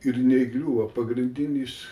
ir neįgriūvo pagrindinis